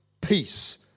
peace